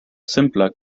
simpla